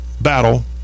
battle